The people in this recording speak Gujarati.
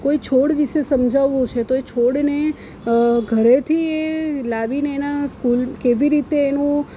કોઈ છોડ વિષે સમજાવવું છે તો એ છોડને ઘરેથી લાવીને એના સ્કૂલ કેવી રીતે એનું